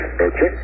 Okay